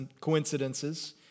coincidences